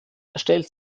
erstellt